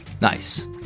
Nice